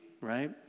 right